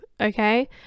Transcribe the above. okay